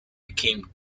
became